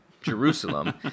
Jerusalem